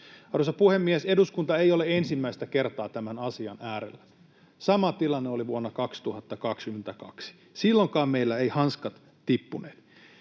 Arvoisa puhemies! Eduskunta ei ole ensimmäistä kertaa tämän asian äärellä. Sama tilanne oli vuonna 2022. Silloinkaan meillä eivät hanskat tippuneet.